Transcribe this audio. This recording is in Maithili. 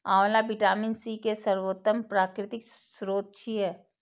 आंवला विटामिन सी के सर्वोत्तम प्राकृतिक स्रोत छियै